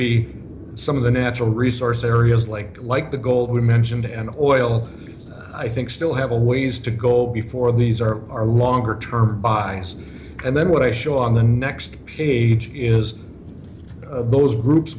be some of the natural resource areas like that like the gold we mentioned and oil i think still have a ways to go before these are our longer term buys and then what i show on the next page is those groups